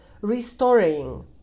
restoring